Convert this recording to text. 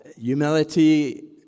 Humility